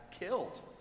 killed